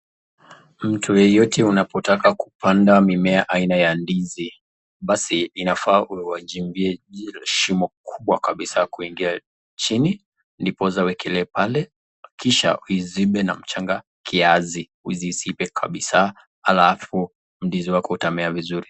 Mtu yoyote unapotaka kupanga mimea aina ya ndizi basi inafaa uwachimbie shimo kubwa kabisa kuingia chini ndiposa awekelee pale kisha uzibe na mchanga kiasi usi izibe kabisa alafu ndizi yako itamea vizuri.